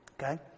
Okay